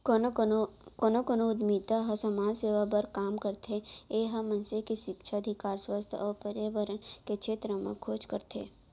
कोनो कोनो उद्यमिता ह समाज सेवा बर काम करथे ए ह मनसे के सिक्छा, अधिकार, सुवास्थ अउ परयाबरन के छेत्र म खोज करथे